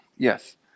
Yes